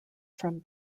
from